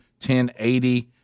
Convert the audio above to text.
1080